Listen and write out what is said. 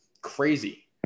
crazy